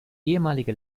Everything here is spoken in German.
ehemalige